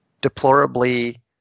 deplorably